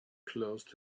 closed